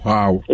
Wow